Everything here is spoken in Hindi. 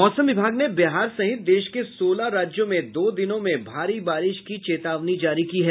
मौसम विभाग ने बिहार सहित देश के सोलह राज्यों में दो दिनों में भारी बारिश की चेतावनी जारी की है